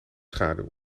schaduw